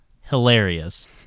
hilarious